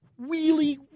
wheelie